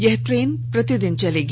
यह ट्रेन प्रतिदिन चलेगी